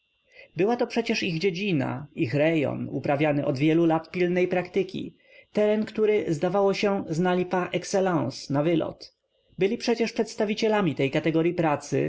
była to przecież ich dziedzina ich rejon upraw iany od wielu lat pilnej praktyki teren który zdaw ało się znali par excellence na w ylot byli przecież przedstaw icielam i tej kategoryi pracy